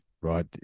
right